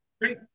Great